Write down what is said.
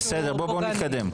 בסדר, בואו נתקדם.